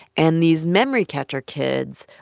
and these memory catcher kids,